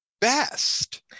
best